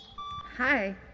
Hi